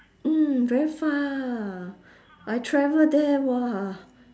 mm very far I travel there !wah!